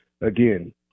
again